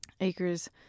Acres